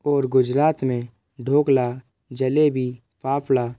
और गुजरात में ढोकला जलेबी फाफला